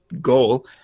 goal